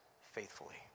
faithfully